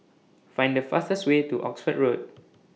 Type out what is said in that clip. Find The fastest Way to Oxford Road